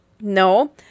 no